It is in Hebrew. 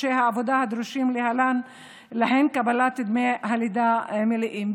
חודשי העבודה הדרושים להן לקבלת דמי לידה מלאים.